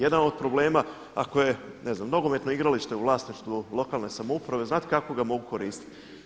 Jedan od problema, ako je, ne znam nogometno igralište u vlasništvu lokalne samouprave, znate kako ga mogu koristiti?